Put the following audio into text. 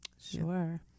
sure